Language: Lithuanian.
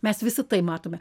mes visi tai matome